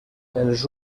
els